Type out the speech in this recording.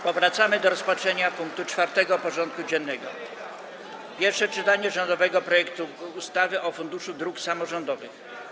Powracamy do rozpatrzenia punktu 4. porządku dziennego: Pierwsze czytanie rządowego projektu ustawy o Funduszu Dróg Samorządowych.